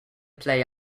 play